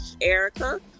Erica